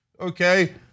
okay